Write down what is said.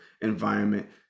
environment